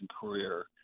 career